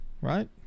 Right